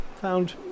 found